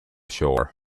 shore